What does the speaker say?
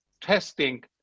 testing